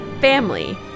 family